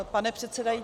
Pane předsedající...